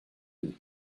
with